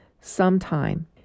sometime